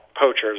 poachers